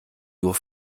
nur